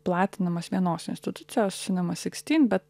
platinamas vienos institucijos cinema sixteen bet